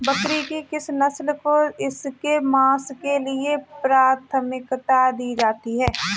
बकरी की किस नस्ल को इसके मांस के लिए प्राथमिकता दी जाती है?